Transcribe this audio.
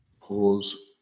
pause